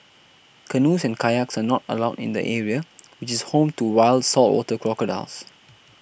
canoes and kayaks are not allowed in the area which is home to wild saltwater crocodiles